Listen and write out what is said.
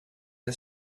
the